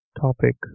topic